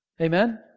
Amen